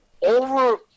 over